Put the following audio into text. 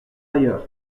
ailleurs